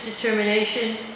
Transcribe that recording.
determination